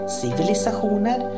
civilisationer